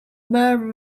bar